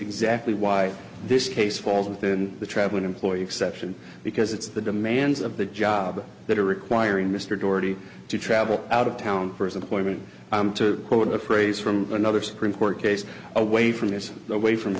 exactly why this case falls within the traveling employee exception because it's the demands of the job that are requiring mr doherty to travel out of town for his appointment to quote a phrase from another supreme court case away from this away from